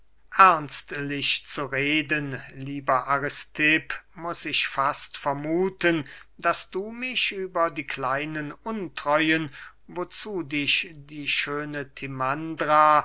ernstlich zu reden lieber aristipp muß ich fast vermuthen daß du mich über die kleinen untreuen wozu dich die schöne